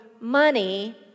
money